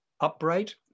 upright